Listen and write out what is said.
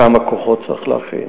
כמה כוחות צריך להכין,